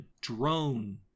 drone